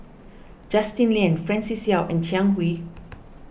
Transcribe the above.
Justin Lean Francis Seow and Jiang Hu